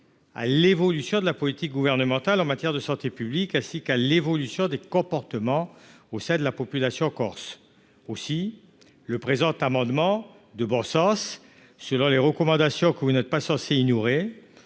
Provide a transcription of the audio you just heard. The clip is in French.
à l'évolution de la politique gouvernementale en matière de santé publique, ainsi qu'à l'évolution des comportements au sein de la population corse. Aussi, le présent amendement de bon sens vise à transférer, selon les recommandations que vous n'êtes pas censés ignorer,